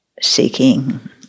Seeking